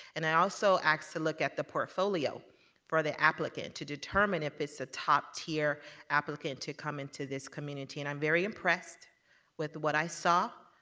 and i also asked to look at the portfolio for the applicant to determine if it's a top-tier applicant to come into this community, and i'm very impressed with what i saw,